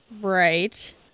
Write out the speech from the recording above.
Right